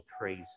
praise